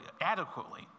adequately